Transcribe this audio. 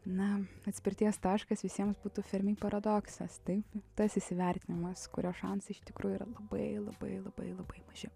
na atspirties taškas visiems būtų fermi paradoksas taip tas įsivertinimas kurio šansai iš tikrųjų yra labai labai labai labai maži